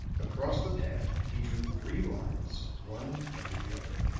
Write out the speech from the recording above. across the pad he drew three lines one under the other.